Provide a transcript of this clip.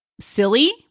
silly